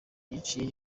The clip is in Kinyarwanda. yaciye